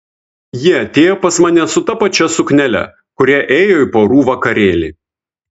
ji atėjo pas mane su ta pačia suknele kuria ėjo į porų vakarėlį